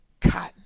Cotton